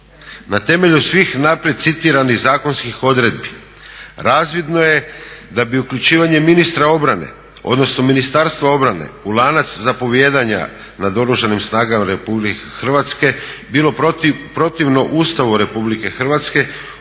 na temelju svih naprijed citiranih zakonskih odredbi razvidno je da bi uključivanje ministra obrane odnosno Ministarstva obrane u lanac zapovijedanja nad Oružanim snagama RH bilo protivno Ustavu RH odnosno